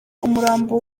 umurambo